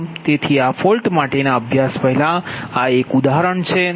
તેથી આ ફોલ્ટ માટેના અભ્યાસ પહેલાં આ એક ઉદાહરણ છે